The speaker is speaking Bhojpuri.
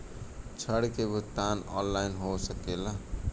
ऋण के भुगतान ऑनलाइन हो सकेला?